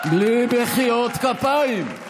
בלי מחיאות כפיים.